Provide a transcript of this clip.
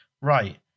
Right